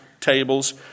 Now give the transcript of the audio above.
tables